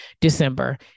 December